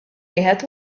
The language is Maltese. wieħed